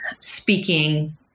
speaking